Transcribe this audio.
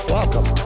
Welcome